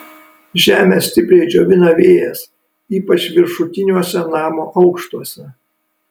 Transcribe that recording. žemę stipriai džiovina vėjas ypač viršutiniuose namo aukštuose